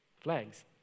flags